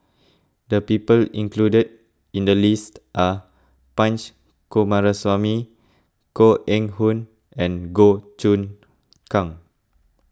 the people included in the list are Punch Coomaraswamy Koh Eng Hoon and Goh Choon Kang